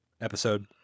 Episode